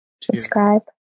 subscribe